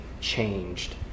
changed